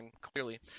Clearly